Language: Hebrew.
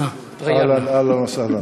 אהלן, אהלן וסהלן.